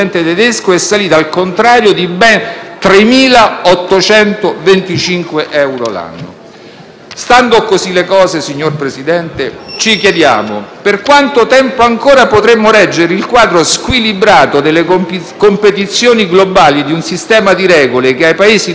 Stando così le cose, signor Presidente, ci chiediamo per quanto tempo ancora potremo reggere il quadro squilibrato delle competizioni globali di un sistema di regole che ai Paesi dell'Unione impedisce di utilizzare gli strumenti tradizionali per rilanciare l'economia in crisi.